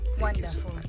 wonderful